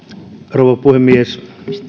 rouva puhemies